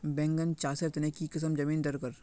बैगन चासेर तने की किसम जमीन डरकर?